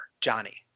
Johnny